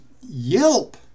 Yelp